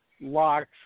locks